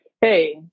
hey